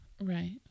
right